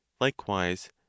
likewise